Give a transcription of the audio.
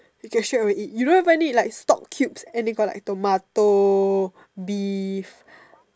you can straight away eat you don't even need like stock cubes and they got like tomato beef